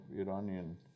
iranian